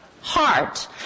heart